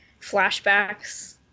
flashbacks